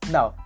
Now